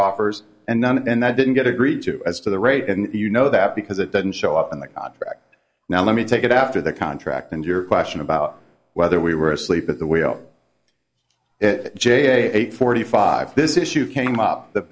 offers and none and that didn't get agreed to as to the rate and you know that because it didn't show up in the contract now let me take it after the contract and your question about whether we were asleep at the whale it j forty five this issue came up